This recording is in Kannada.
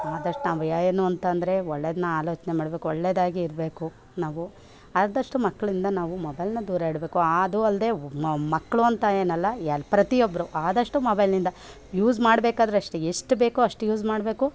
ಆದಷ್ಟು ನಾವು ಏನು ಅಂತ ಅಂದ್ರೆ ಒಳ್ಳೇದನ್ನ ಆಲೋಚನೆ ಮಾಡಬೇಕು ಒಳ್ಳೆದಾಗಿ ಇರಬೇಕು ನಾವು ಆದಷ್ಟು ಮಕ್ಕಳಿಂದ ನಾವು ಮೊಬೈಲ್ನ ದೂರ ಇಡಬೇಕು ಅದು ಅಲ್ಲದೇ ಮು ಮ ಮಕ್ಕಳು ಅಂತ ಏನಲ್ಲ ಎ ಪ್ರತಿಯೊಬ್ಬರು ಆದಷ್ಟು ಮೊಬೈಲ್ನಿಂದ ಯೂಸ್ ಮಾಡಬೇಕಾದ್ರು ಅಷ್ಟೆ ಎಷ್ಟು ಬೇಕು ಅಷ್ಟು ಯೂಸ್ ಮಾಡಬೇಕು